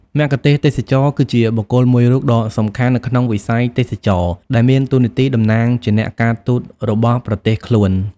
មគ្គុទ្ទេសក៍ទេសចរគឺជាបុគ្គលមួយរូបដ៏សំខាន់នៅក្នុងវិស័យទេសចរណ៍ ដែលមានតួនាទីតំណាងជាអ្នកការទូតរបស់ប្រទេសខ្លួន។